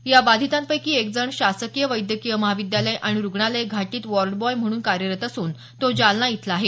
या बाधितांपैकी एक जण शासकीय वैद्यकीय महाविद्यालय आणि रुग्णालय घाटीत वॉडेबॉय म्हणून कार्यरत असून तो जालना इथला आहे